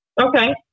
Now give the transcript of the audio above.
Okay